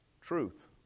truth